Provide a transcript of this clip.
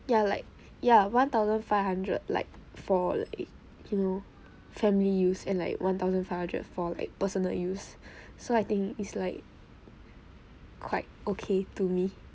ya like ya one thousand five hundred like for like you know family use and like one thousand five hundred for like personal use so I think it's like quite okay to me